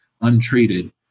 untreated